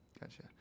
gotcha